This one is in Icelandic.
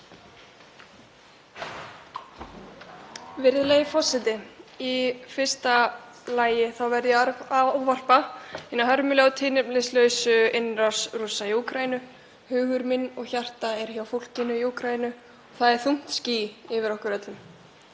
Virðulegi forseti. Í fyrsta lagi verð ég að tala um hina hörmulegu, tilefnislausu innrás Rússa í Úkraínu. Hugur minn og hjarta er hjá fólkinu í Úkraínu. Það er þungt ský yfir okkur öllum.